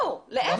לא.